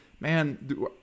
man